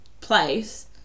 place